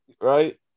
right